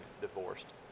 divorced